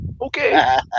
Okay